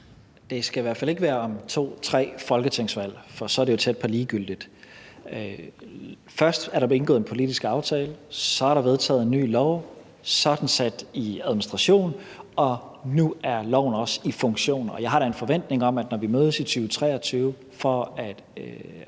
Det skal i hvert fald ikke være om to-tre folketingsvalg, for så er det jo tæt på at være ligegyldigt. Først er der blevet indgået en politisk aftale; så er der vedtaget en ny lov; så er den sat i administration; og nu er loven også i funktion. Jeg har da en forventning om, at når vi mødes i 2023 – altså